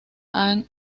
han